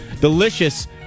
delicious